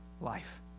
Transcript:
life